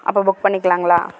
அப்போ புக் பண்ணிக்கலாங்களா